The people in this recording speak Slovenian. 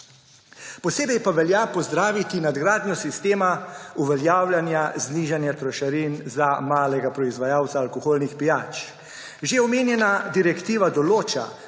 Posebej pa velja pozdraviti nadgradnjo sistema uveljavljanja znižanja trošarin za malega proizvajalca alkoholnih pijač. Že omenjena direktiva določa,